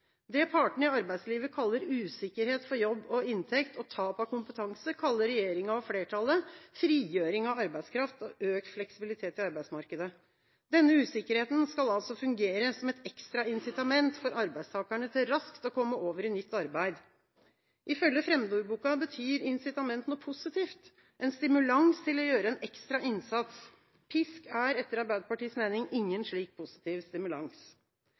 som partene i arbeidslivet kaller usikkerhet for jobb og inntekt, og tap av kompetanse, kaller regjeringa og flertallet «frigjøring av arbeidskraft» og «økt fleksibilitet i arbeidsmarkedet». Denne usikkerheten skal altså fungere som et ekstra insitament for arbeidstakerne til raskt å komme over i nytt arbeid. Ifølge fremmedordboka betyr «insitament» noe positivt – en stimulans til å gjøre en ekstra innsats. Pisk er etter Arbeiderpartiets mening ingen slik positiv stimulans.